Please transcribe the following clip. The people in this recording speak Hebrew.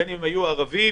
בין אם היו ערבים,